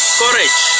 courage